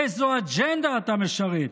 איזו אג'נדה אתה משרת,